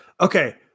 Okay